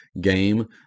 game